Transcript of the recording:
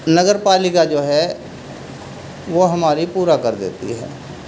نگر پالکا جو ہے وہ ہماری پورا کر دیتی ہے